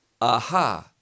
aha